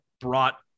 brought